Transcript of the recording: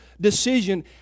Decision